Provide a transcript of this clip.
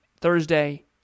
Thursday